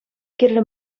кирлӗ